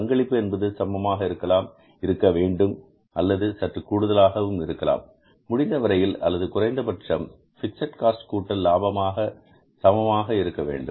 பங்களிப்பு என்பது சமமாக இருக்கலாம் இருக்க வேண்டும் அல்லது சற்று கூடுதலாக இருக்கலாம் முடிந்தவரையில் அல்லது குறைந்தபட்சம் பிக்ஸட் காஸ்ட் கூட்டல் லாபம் சமமாக இருக்க வேண்டும்